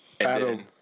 Adam